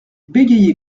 bégayait